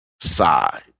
side